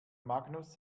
magnus